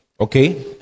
okay